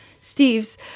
Steve's